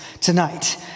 tonight